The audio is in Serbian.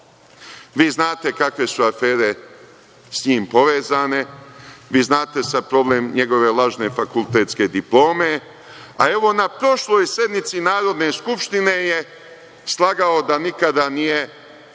znate kakve su afere sa njim povezane. Vi znate za problem njegove lažne fakultetske diplome, a evo na prošloj sednici Narodne skupštine je slagao da nikada nije